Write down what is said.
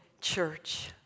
church